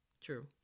true